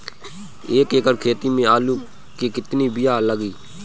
एक एकड़ खेती में आलू के कितनी विया लागी?